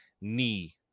knee